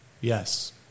Yes